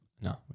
No